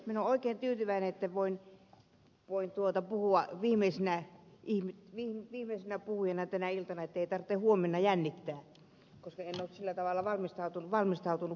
minä olen oikein tyytyväinen että voin puhua viimeisenä puhujana tänä iltana ettei tarvitse huomenna jännittää koska en ole sillä tavalla valmistautunut puheeseen